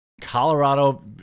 Colorado